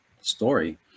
story